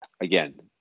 again